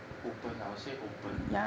open I will say open